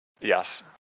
Yes